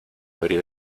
abrir